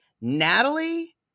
Natalie